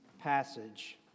passage